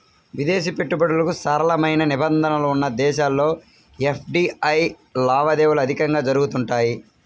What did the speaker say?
విదేశీ పెట్టుబడులకు సరళమైన నిబంధనలు ఉన్న దేశాల్లో ఎఫ్డీఐ లావాదేవీలు అధికంగా జరుగుతుంటాయి